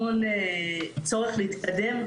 המון צורך להתקדם,